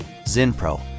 Zinpro